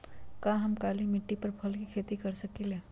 का हम काली मिट्टी पर फल के खेती कर सकिले?